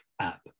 app